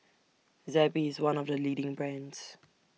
Zappy IS one of The leading brands